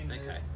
Okay